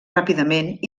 ràpidament